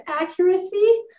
accuracy